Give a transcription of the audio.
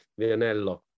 vianello